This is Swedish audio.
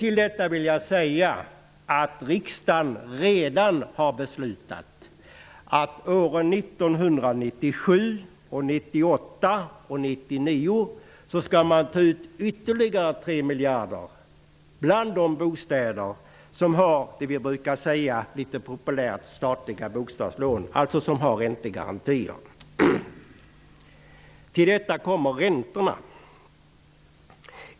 Till detta vill jag lägga att riksdagen redan har beslutat att man åren 1997-1999 skall ta ut ytterligare 3 miljarder från de bostäder som har vad vi litet populärt brukar kalla statliga bostadslån, dvs. räntegarantier. Till detta kommer räntorna.